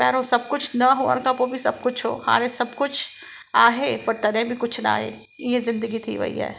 पहिरों सभु कुझु न हुअण खां पोइ बि सभु कुझु उहो हाणे सभु कुझु आहे पर तॾहिं बि कुझु नाहे इअं ज़िंदगी थी वेई आहे